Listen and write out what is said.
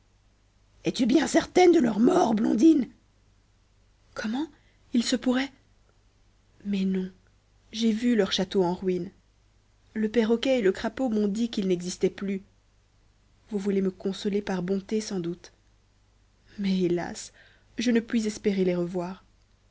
es-tu bien certaine de leur mort blondine comment il se pourrait mais non j'ai vu leur château en ruine le perroquet et le crapaud m'ont dit qu'ils n'existaient plus vous voulez me consoler par bonté sans doute mais hélas je ne puis espérer les revoir